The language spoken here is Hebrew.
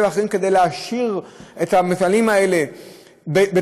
ואחרות כדי להשאיר את המפעלים האלה בארץ.